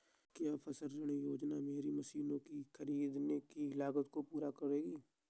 क्या फसल ऋण योजना मेरी मशीनों को ख़रीदने की लागत को पूरा करेगी?